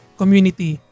community